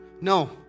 no